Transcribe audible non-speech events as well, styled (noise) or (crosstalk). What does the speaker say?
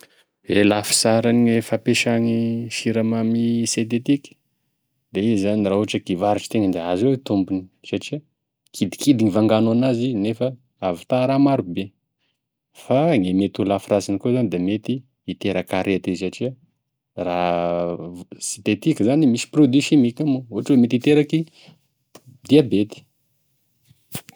Gne lafisaran'e fampiasa gny siramamy sentetiky da izy zany raha k'hivarotry itegna da hahazoa tombiny, satria kidikidy gn'ivangahagnao anazy nefa ahavitaha raha marobe fa gne mety ho lafirasiny koa da mety hiteraky arety izy satria raha sy de tiako zany misy produits simiky gnamignao ohatry hoe mety hiteraky (hesitation) diabety.